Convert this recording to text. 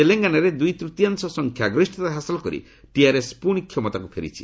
ତେଲେଙ୍ଗାନାରେ ଦୁଇତୃତୀୟାଂଶ ସଂଖ୍ୟାଗରିଷ୍ଠତା ହାସଲ କରି ଟିଆର୍ଏସ୍ ପୁଣି ଥରେ କ୍ଷମତାକୁ ଫେରିଛି